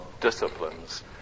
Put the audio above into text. disciplines